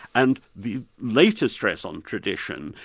and the later stress on tradition,